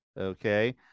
okay